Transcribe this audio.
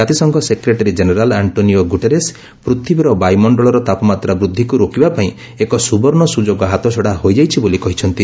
କାତିସଂଘ secretary general Antonio Guterres ପୃଥିବୀର ବାୟୁମଣ୍ଡଳର ତାପମାତ୍ରା ବୃଦ୍ଧିକୁ ରୋକିବା ପାଇଁ ଏକ ସୁବର୍ଣ୍ଣ ସୁଯୋଗ ହାତଛଡ଼ା ହୋଇଯାଇଛି ବୋଲି କହିଛନ୍ତି